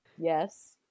Yes